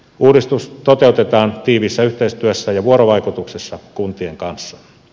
uudistus toteutetaan tiiviissä yhteistyössä ja vuorovaikutuksessa kuntien kanssa